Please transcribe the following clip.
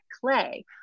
clay